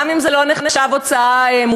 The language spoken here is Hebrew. גם אם זה לא נחשב הוצאה מוכרת,